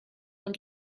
und